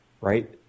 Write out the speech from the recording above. right